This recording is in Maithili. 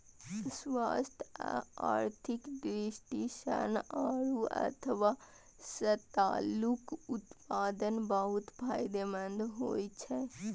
स्वास्थ्य आ आर्थिक दृष्टि सं आड़ू अथवा सतालूक उत्पादन बहुत फायदेमंद होइ छै